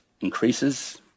increases